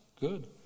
Good